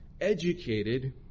educated